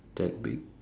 that big